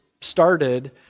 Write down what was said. started